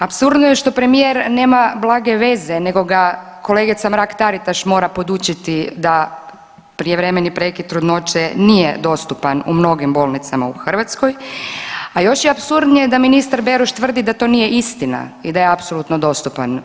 Apsurdno je što premijer nema blage veze, nego ga kolegica Mrak Taritaš mora podučiti da prijevremeni prekid trudnoće nije dostupan u mnogim bolnicama u Hrvatskoj, a još je apsurdnije da ministar Beroš tvrdi da to nije istina i da je apsolutno dostupan.